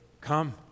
Come